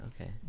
okay